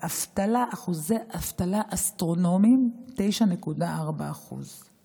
ואחוזי אבטלה אסטרונומיים, 9.4%;